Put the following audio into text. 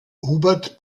hubert